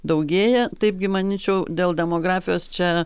daugėja taipgi manyčiau dėl demografijos čia